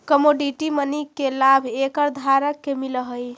commodity money के लाभ acre धारक के मिलऽ हई